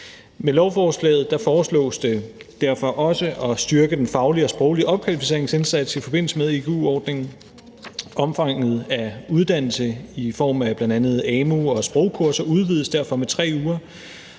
Med lovforslaget foreslås det derfor også at styrke den faglige og sproglige opkvalificeringsindsats i forbindelse med igu-ordningen. Omfanget af uddannelse i form af bl.a. amu og sprogkurser udvides derfor med 3 uger,